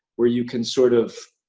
where you can sort of